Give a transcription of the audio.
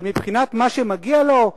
אבל מבחינת מה שמגיע לו,